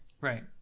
Right